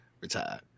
retired